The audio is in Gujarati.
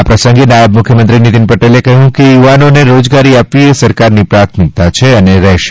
આ પ્રસંગે નાયબ મુખ્યમંત્રી નિતિન પટેલે કહ્યું કે યુવાનોને રોજગારી આપવી એ સરકારની પ્રાથમિકતા છે અને રહેશે